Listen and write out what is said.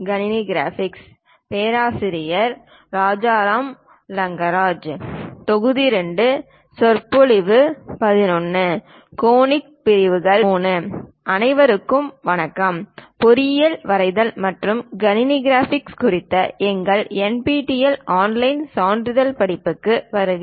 conic பிரிவுகள் III அனைவருக்கும் வணக்கம் பொறியியல் வரைதல் மற்றும் கணினி கிராபிக்ஸ் குறித்த எங்கள் NPTEL ஆன்லைன் சான்றிதழ் படிப்புகளுக்கு வருக